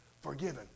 forgiven